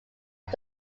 was